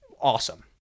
awesome